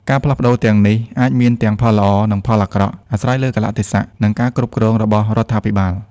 ការផ្លាស់ប្តូរទាំងនេះអាចមានទាំងផលល្អ និងផលអាក្រក់អាស្រ័យលើកាលៈទេសៈ និងការគ្រប់គ្រងរបស់រដ្ឋាភិបាល។